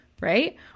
right